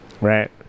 Right